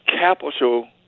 capital